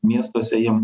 miestuose jiem